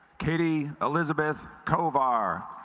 katie elizabeth kovar